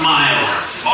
Smiles